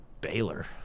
Baylor